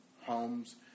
homes